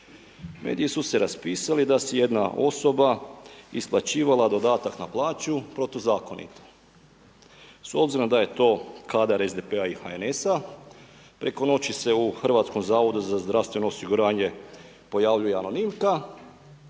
Mediji su se raspisali da si je jedna osoba isplaćivala dodatak na plaću protuzakonito. S obzirom da je to kadar SDP-a i HNS-a preko noći se u HZZO-u pojavljuje anonimka